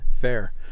fair